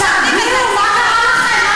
אנחנו משרתים את הציבור, הגברת זהבה גלאון.